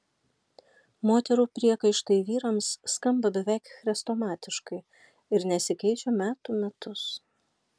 moterų priekaištai vyrams skamba beveik chrestomatiškai ir nesikeičia metų metus